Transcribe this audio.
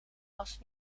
was